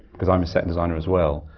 because i'm a set designer as well.